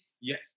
Yes